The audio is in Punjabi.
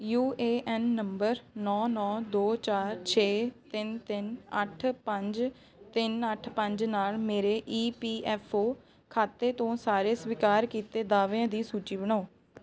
ਯੂ ਏ ਐੱਨ ਨੰਬਰ ਨੌੌ ਨੌੌ ਦੋੋ ਚਾਰ ਛੇ ਤਿੰਨ ਤਿੰਨ ਅੱਠ ਪੰਜ ਤਿੰਨ ਅੱਠ ਪੰਜ ਨਾਲ ਮੇਰੇ ਈ ਪੀ ਐੱਫ ਓ ਖਾਤੇ ਤੋਂ ਸਾਰੇ ਸਵੀਕਾਰ ਕੀਤੇ ਦਾਅਵਿਆਂ ਦੀ ਸੂਚੀ ਬਣਾਓ